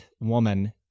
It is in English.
woman